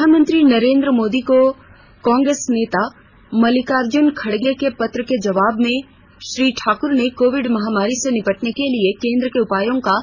प्रधानमंत्री नरेन्द्र मोदी को कांग्रेस नेता मल्लिकार्जुन खड़गे के पत्र के जवाब में श्री ठाकुर ने कोविड महामारी से निपटने के लिए केन्द्र के उपायो का